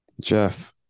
Jeff